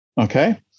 okay